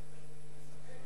לשנת הכספים